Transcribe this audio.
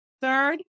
Third